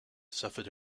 suffered